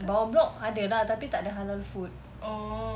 bawah block ada lah tapi takde halal food